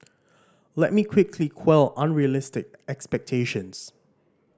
let me quickly quell unrealistic expectations